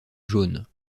jaune